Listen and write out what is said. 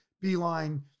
beeline